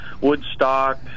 Woodstock